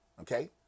Okay